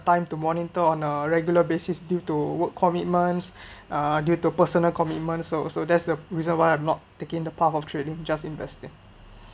time to monitor on a regular basis due to work commitments uh due to personal commitment so so that's the reason why I'm not taking the path of trading just investing